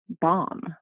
bomb